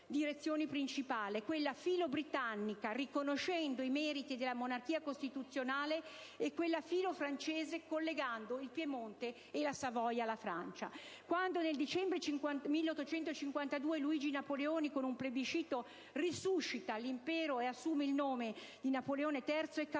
direzioni principali: quella filo-britannica, riconoscendo i meriti della monarchia costituzionale, e quella filo-francese collegando il Piemonte e la Savoia alla Francia. Quando, nel dicembre del 1852, Luigi Napoleone, con un plebiscito risuscita l'Impero e assume il nome di Napoleone III, è Cavour